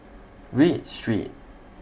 Read Street